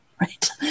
right